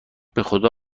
بخدا